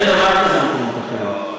אין דבר כזה "מקומות אחרים".